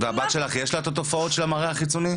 לבת שלך יש את התופעות של המראה החיצוני?